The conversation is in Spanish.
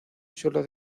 sólo